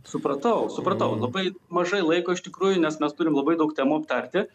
supratau supratau labai mažai laiko iš tikrųjų nes mes turim labai daug temų aptarti